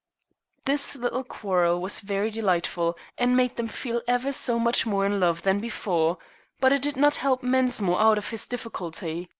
this little quarrel was very delightful, and made them feel ever so much more in love than before but it did not help mensmore out of his difficulty.